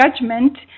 judgment